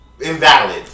invalid